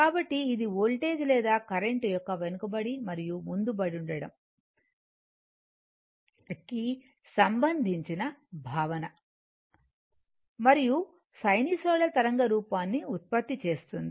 కాబట్టి ఇది వోల్టేజ్ లేదా కరెంట్ యొక్క వెనుకబడి మరియు ముందుండడం కి సంబంధించిన భావన మరియు సైనూసోయిడల్ తరంగ రూపాన్ని ఉత్పత్తి చేస్తుంది